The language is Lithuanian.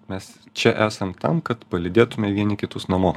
mes čia esam tam kad palydėtume vieni kitus namo